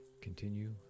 continue